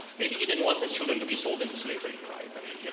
maybe he didn't want his children to be sold into slavery, right? i mean, yeah